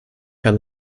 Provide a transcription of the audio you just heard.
herr